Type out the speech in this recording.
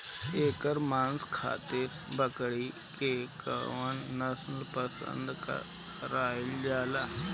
एकर मांस खातिर बकरी के कौन नस्ल पसंद कईल जाले?